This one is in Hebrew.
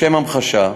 לשם המחשה,